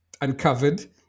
uncovered